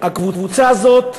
הקבוצה הזאת,